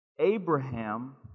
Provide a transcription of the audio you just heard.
Abraham